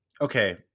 okay